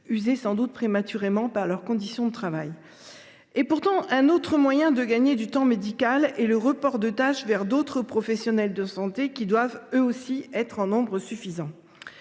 usés sans doute prématurément par leurs conditions de travail. Pourtant, un autre moyen de gagner du temps médical est le report de tâches vers d’autres professionnels de santé, qui doivent eux aussi être en nombre suffisant.